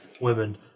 Women